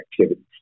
activities